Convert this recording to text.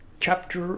Chapter